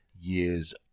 years